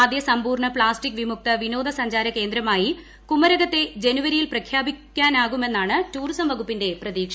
ആദ്യ സമ്പൂർണ്ണ പ്ലാസ്റ്റിക് വിമുക്ത വിനോദ സഞ്ചാര കേന്ദ്രമായി കുമരകത്തെ ജനുവരിയിൽ പ്രഖ്യാപിക്കാനാകുമെന്നാണ് ടൂറിസം വകുപ്പിന്റെ പ്രതീക്ഷ